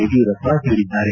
ಯಡಿಯೂರಪ್ಪ ಹೇಳಿದ್ದಾರೆ